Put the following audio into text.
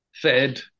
Fed